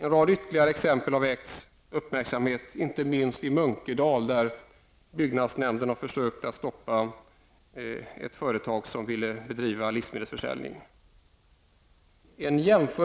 En rad ytterligare exempel har väckt uppmärksamhet, inte minst i Munkedal där byggnadsnämnden har försökt att stoppa ett företag som ville bedriva livsmedelsförsäljning.